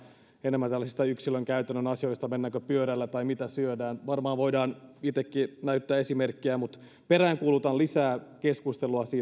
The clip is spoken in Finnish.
enemmän tällaisista yksilön käytännön asioista mennäänkö pyörällä tai mitä syödään varmaan voidaan itsekin näyttää esimerkkiä mutta peräänkuulutan lisää keskustelua